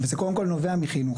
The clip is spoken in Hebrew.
וזה קודם כל נובע מחינוך.